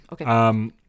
Okay